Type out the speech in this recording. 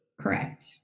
Correct